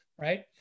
right